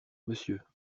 monsieur